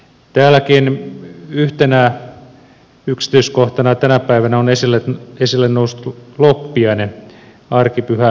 täälläkin yhtenä yksityiskohtana tänä päivänä on esille noussut loppiainen arkipyhä loppiainen